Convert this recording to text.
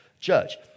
judge